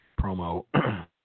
promo